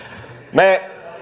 me